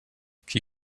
qui